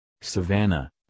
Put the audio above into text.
savannah